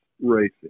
Racing